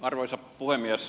arvoisa puhemies